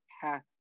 path